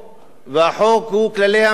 והחוק הוא כללי המשחק